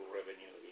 revenue